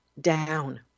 down